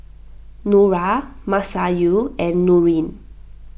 Nura Masayu and Nurin